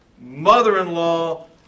mother-in-law